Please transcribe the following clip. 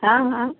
हाँ हाँ